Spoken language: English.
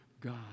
God